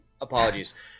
Apologies